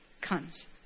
comes